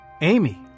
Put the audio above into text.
Amy